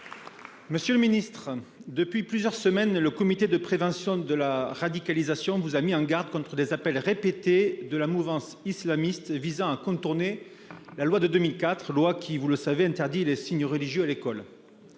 Monsieur le ministre, depuis plusieurs semaines, le Comité interministériel de prévention de la délinquance et de la radicalisation vous a mis en garde contre des appels répétés de la mouvance islamiste visant à contourner la loi de 2004 qui, vous le savez, interdit les signes religieux à l'école.